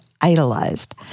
idolized